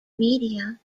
media